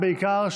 בעיקר,